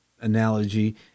analogy